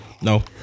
no